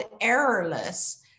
errorless